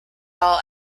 all